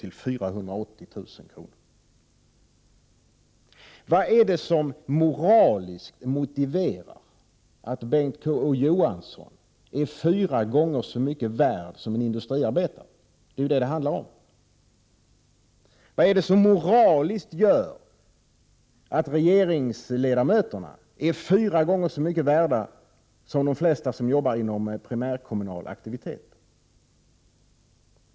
till 480 000 kr. Vad är det som moraliskt motiverar att Bengt K Å Johansson är fyra gånger så mycket värd som en industriarbetare — det är ju detta det handlar om? Vad är det som moraliskt gör att regeringsledamöterna är fyra gånger så mycket värda som de flesta som jobbar inom primärkommunal verksamhet?